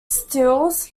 stiles